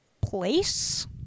place